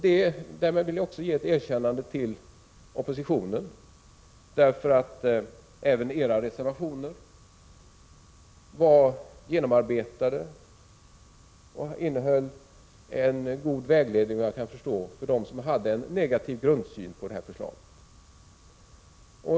Därmed vill jag också ge ett erkännande till oppositionen. Även era reservationer var genomarbetade och innehöll en god vägledning för dem som hade en negativ grundsyn till förslaget.